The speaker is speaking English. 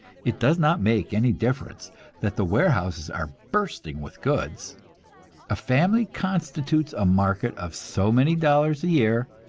it does not make any difference that the warehouses are bursting with goods a family constitutes a market of so many dollars a year,